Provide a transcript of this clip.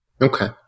Okay